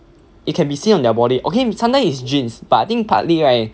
it can be seen on their body okay sometimes its genes but I think partly right